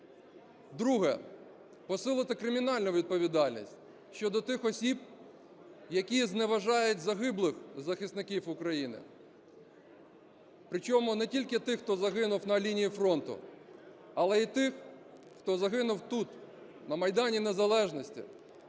друге – посилити кримінальну відповідальність щодо тих осіб, які зневажають загиблих захисників України, причому не тільки тих, хто загинув на лінії фронту, але й тих, хто загинув тут, на Майдані Незалежності,